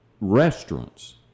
restaurants